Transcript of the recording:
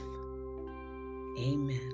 Amen